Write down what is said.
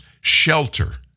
shelter